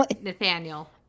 Nathaniel